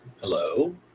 hello